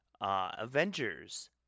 Avengers